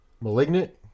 Malignant